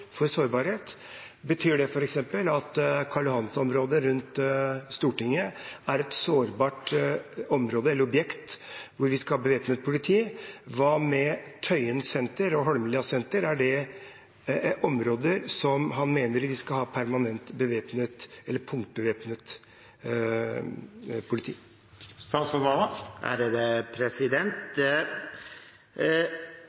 sårbart område eller objekt hvor vi skal ha bevæpnet politi? Hva med Tøyensenteret og Holmlia Senter – er det områder der han mener vi skal ha permanent bevæpnet, eller punktbevæpnet,